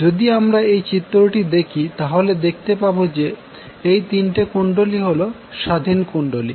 যদি আমরা এই চিত্রটি এই দেখি তাহলে দেখতে পাবো যে এই তিনটি কুণ্ডলী হলো স্বাধীন কুণ্ডলী